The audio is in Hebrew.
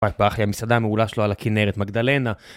בא אחרי המסעדה המעולה שלו על הכינרת מגדלנה.